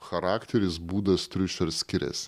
charakteris būdas triušių ar skiriasi